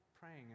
praying